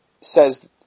says